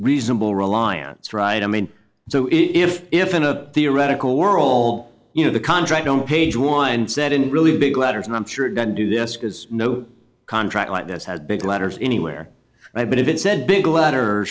reliance right i mean so if if in a theoretical we're all you know the contract on page one said in really big letters and i'm sure it got do this because no contract like this had big letters anywhere but if it said big letter